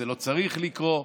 זה לא צריך לקרות,